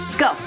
go